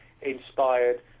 inspired